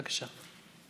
בבקשה.